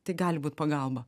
tai gali būt pagalba